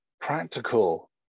practical